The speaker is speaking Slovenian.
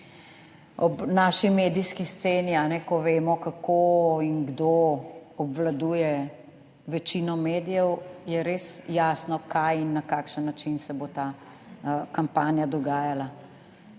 ob naši medijski sceni, ko vemo, kako in kdo obvladuje večino medijev, je res jasno, kaj in na kakšen način se bo ta kampanja dogajala